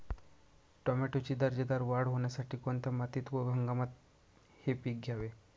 टोमॅटोची दर्जेदार वाढ होण्यासाठी कोणत्या मातीत व हंगामात हे पीक घ्यावे?